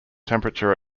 temperature